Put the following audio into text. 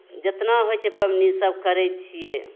जेतना होइ छै पाबनि सब करै छियै